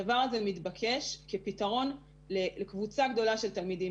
הדבר הזה מתבקש כפתרון לקבוצה גדולה של תלמידים